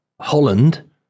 Holland